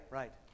right